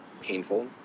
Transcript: painful